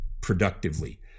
productively